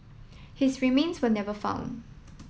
his remains were never found